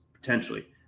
potentially